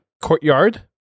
Courtyard